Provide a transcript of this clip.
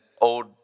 old